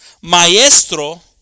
Maestro